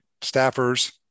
staffers